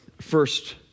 first